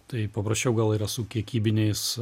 tai paprašiau gal yra su kiekybiniais